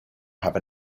have